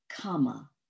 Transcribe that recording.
comma